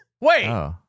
Wait